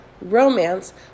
romance